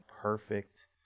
perfect